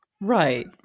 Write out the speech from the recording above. right